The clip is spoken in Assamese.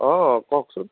অ কওকচোন